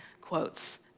quotes